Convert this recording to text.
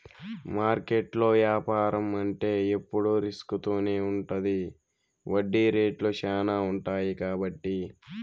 మార్కెట్లో యాపారం అంటే ఎప్పుడు రిస్క్ తోనే ఉంటది వడ్డీ రేట్లు శ్యానా ఉంటాయి కాబట్టి